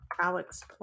Alex